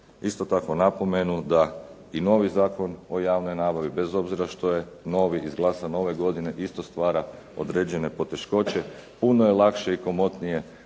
isto tako napomenu da i novi Zakon o javnoj nabavi, bez obzira što je novi izglasan ove godine isto stvara određene poteškoće, puno je lakše i komotnije